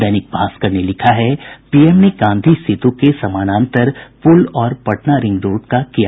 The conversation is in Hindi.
दैनिक भास्कर ने लिखा है पीएम ने गांधी सेतु के समानांतर पुल और पटना रिंग रोड का किया शिलान्यास